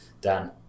Dan